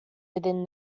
within